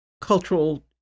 cultural